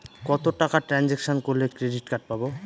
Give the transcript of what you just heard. কত টাকা ট্রানজেকশন করলে ক্রেডিট কার্ড পাবো?